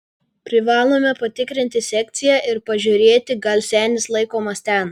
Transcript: privalome patikrinti sekciją ir pažiūrėti gal senis laikomas ten